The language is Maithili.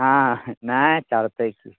हँ नहि चलतै की